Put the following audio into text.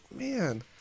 man